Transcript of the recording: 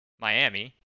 Miami